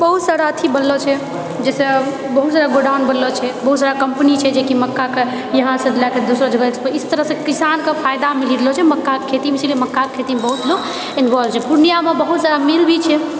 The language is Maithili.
बहुत्त सारा अथि बनलो छै जैसे बहुतसारा गोडाउन बनलोछै बहुतसारा कम्पनी छै जेकि मक्काके यहाँसे लेके दोसर जगह इस तरह किसानके फायदा मिलि रहलो छै मक्काके खेतीमे इसिलिए मक्काके खेतीमे बहुत लोग इन्वोल्व छै पूर्णियाँमे बहुत सारा मिल भी छै